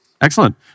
Excellent